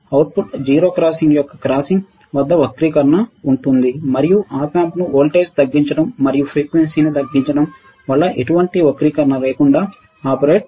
output 0 crossing యొక్క crossing వద్ద వక్రీకరణ ఉంటుంది మరియు Op amp ను వోల్టేజ్ను తగ్గించడం మరియు ఫ్రీక్వెన్సీని తగ్గించడం వల్ల ఎటువంటి వక్రీకరణ లేకుండా ఆపరేట్ చేస్తుంది